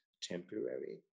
temporary